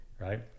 right